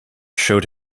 showed